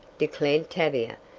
declared tavia,